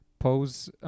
pose